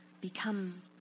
Become